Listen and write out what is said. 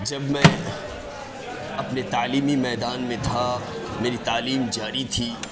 جب میں اپنے تعلیمی میدان میں تھا میری تعلیم جاری تھی